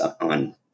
on